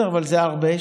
אבל זה הרבה.